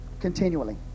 continually